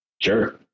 sure